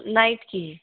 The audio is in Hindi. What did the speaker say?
नाइट की है